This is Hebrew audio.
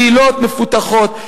קהילות מפותחות.